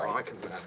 i can